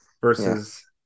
versus